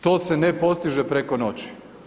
To se ne postiže preko noći.